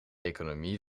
economie